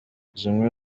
zimwe